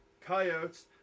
Coyotes